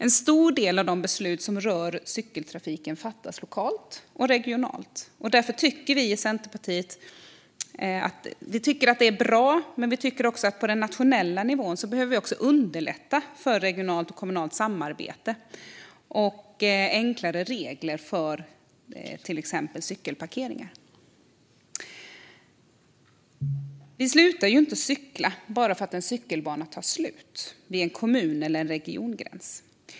En stor del av de beslut som rör cykeltrafiken fattas lokalt och regionalt. Centerpartiet tycker att det är bra men att vi på den nationella nivån behöver underlätta för regionalt och kommunalt samarbete och enklare regler för till exempel cykelparkeringar. Vi slutar inte cykla bara för att en cykelbana tar slut vid en kommun eller regiongräns.